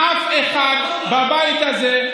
אף אחד בבית הזה,